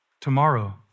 tomorrow